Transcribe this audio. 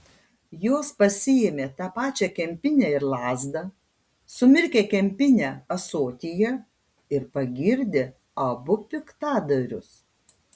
jos pasiėmė tą pačią kempinę ir lazdą sumirkė kempinę ąsotyje ir pagirdė abu piktadarius